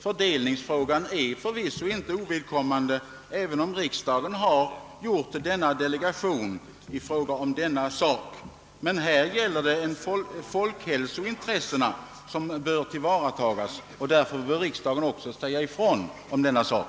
Fördelningsfrågan är förvisso inte ovidkommande, även om riksdagen nu har delegerat fördelningen. Här gäller det att tillvarata folkhälsointresset, och därför bör riksdagen också säga ifrån om denna sak.